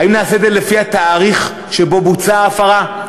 האם נעשה את זה לפי התאריך שבו בוצעה ההפרה?